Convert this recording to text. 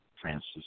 Francis